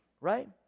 Right